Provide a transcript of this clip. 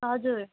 हजुर